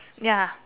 ya